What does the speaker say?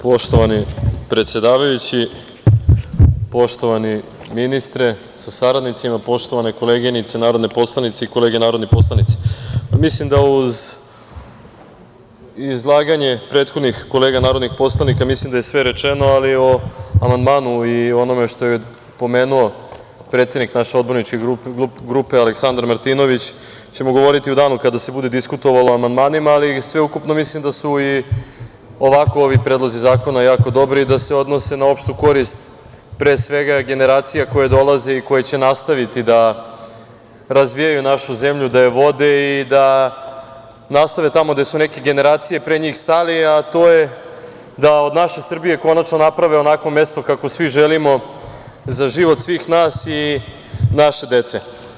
Poštovani predsedavajući, poštovani ministre sa saradnicima, poštovane koleginice narodne poslanice i kolege narodni poslanici, mislim da uz izlaganje prethodnih kolega narodnih poslanika mislim da je sve rečeno, ali o amandmanu i o onome što je pomenuo predsednik naše odborničke grupe, Aleksandar Martinović ćemo govoriti u danu kada se bude diskutovalo o amandmanima, ali sveukupno mislim da su ovi predlozi zakona jako dobri i da se odnose na opštu korist pre svega generacija koja dolaze i koje će nastaviti da razvijaju našu zemlju, da je vode i da nastave tamo gde su neke generacije pre njih stale, a to je da od naše Srbije konačno naprave onakvo mesto kakvo svi želimo za život svih nas i naše dece.